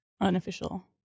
unofficial